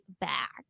back